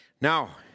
Now